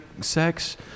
sex